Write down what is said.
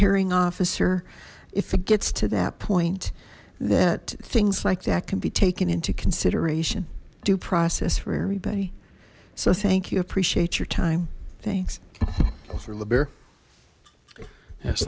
officer if it gets to that point that things like that can be taken into consideration due process for everybody so thank you appreciate your time thanks